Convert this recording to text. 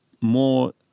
more